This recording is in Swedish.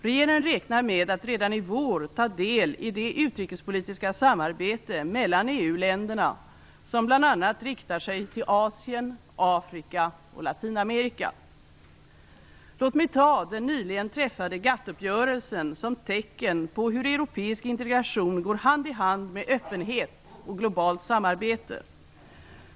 Regeringen räknar med att redan i vår ta del i det utrikespolitiska samarbete mellan EU-länderna som bl.a. riktar sig till Asien, Afrika och Låt mig ta den nyligen träffade GATT-uppgörelsen som tecken på hur europeisk integration går hand i hand med öppenhet och globalt samarbete.